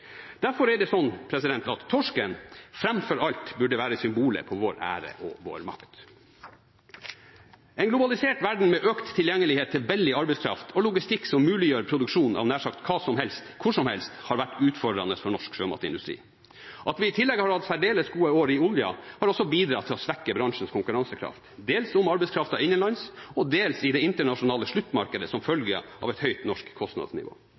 Derfor er det også slik at torsken fremfor alt burde være symbolet på vår ære og vår makt. En globalisert verden med økt tilgjengelighet til billig arbeidskraft, og logistikk som muliggjør produksjon av nær sagt hva som helst, hvor som helst, har vært utfordrende for norsk sjømatindustri. At vi i tillegg har hatt særdeles gode år i oljen har også bidratt til å svekke bransjens konkurransekraft – dels i arbeidskraften innenlands, og dels i det internasjonale sluttmarkedet som følge av et høyt norsk kostnadsnivå.